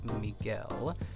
Miguel